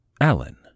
Alan